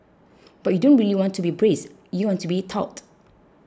but you don't really want to be braced you want to be taut